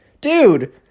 Dude